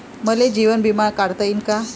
मले जीवन बिमा काढता येईन का?